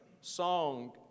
song